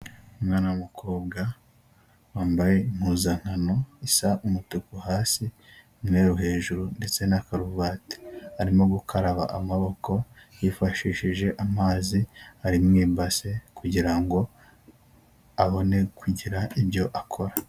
Umwana w'umukobwa wambaye impuzankano, isa umutuku hasi, umweru hejuru ndetse na karuvati, arimo gukaraba amaboko yifashishije amazi ari mu ibase kugirango abone kugira ibyo akora.